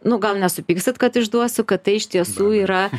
nu gal nesupyksit kad išduosiu kad tai iš tiesų yra